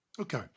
Okay